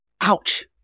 Ouch